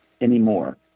anymore